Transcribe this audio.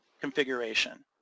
configuration